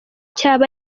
cyaba